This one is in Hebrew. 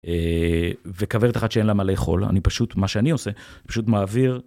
אה, וכוורת אחת שאין לה מה לאכול, אני פשוט, מה שאני עושה, פשוט מעביר.